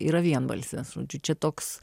yra vienbalses žodžiu čia toks